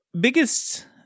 biggest